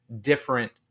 different